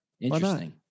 interesting